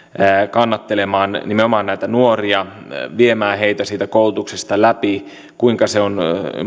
kannattelemaan nimenomaan näitä nuoria viemään heitä siitä koulutuksesta läpi kuinka se on